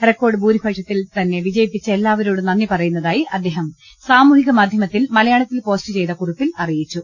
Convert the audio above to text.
record ഭൂരിപക്ഷത്തിൽ തന്നെ വിജയിപ്പിച്ച എല്ലാവരോടും നന്ദി പറയുന്നതായി അദ്ദേഹം സാമൂഹിക മാധ്യമത്തിൽ മലയാളത്തിൽ പോസ്റ്റ് ചെയ്ത കുറിപ്പിൽ അറിയിച്ചു